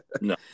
no